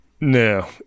No